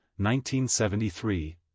1973